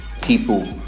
people